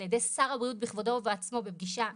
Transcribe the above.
על ידי שר הבריאות בכבודו ובעצמו בפגישה איתי.